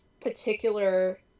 particular